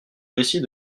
récit